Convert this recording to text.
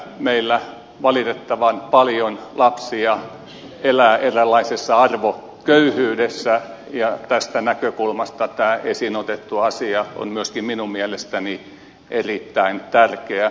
meillä valitettavan paljon lapsia elää eräänlaisessa arvoköyhyydessä ja tästä näkökulmasta tämä esiin otettu asia on myöskin minun mielestäni erittäin tärkeä